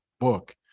book